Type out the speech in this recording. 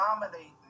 dominating